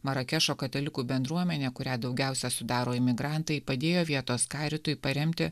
marakešo katalikų bendruomenė kurią daugiausia sudaro imigrantai padėjo vietos karitui paremti